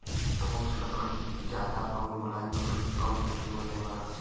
ठोस लकड़ी जादा आउर मुलायम लकड़ी कम धुंआ देवला